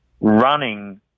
running